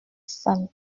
sale